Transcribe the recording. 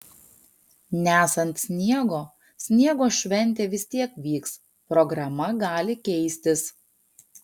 nesant sniego sniego šventė vis tiek vyks programa gali keistis